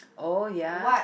oh ya